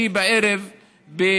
כי היה לו עותק של ישראל היום בבית.